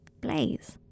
Blaze